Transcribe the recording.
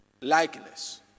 likeness